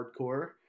hardcore